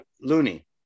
looney